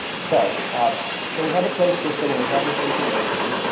so um so we have a closed system where we have this information.